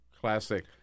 classic